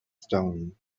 stone